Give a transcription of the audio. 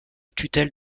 tutelle